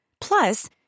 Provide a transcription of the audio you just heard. Plus